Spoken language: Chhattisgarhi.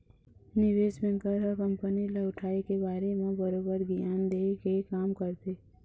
निवेस बेंकर ह कंपनी ल उठाय के बारे म बरोबर गियान देय के काम करथे